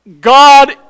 God